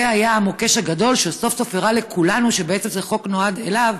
זה היה המוקש הגדול שסוף-סוף הראה לכולנו שבעצם החוק נועד לו,